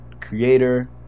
creator